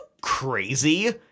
crazy